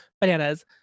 bananas